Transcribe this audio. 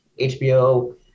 hbo